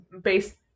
based